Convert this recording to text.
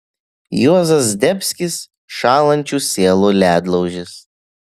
juozas zdebskis šąlančių sielų ledlaužis